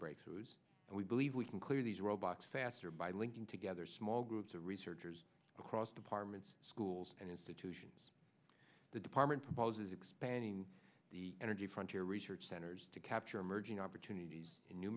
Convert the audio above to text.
breakthroughs and we believe we can clear these robots faster by linking together small groups of researchers across departments schools and institutions the department proposes expanding the energy front to research centers to capture emerging opportunit